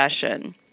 session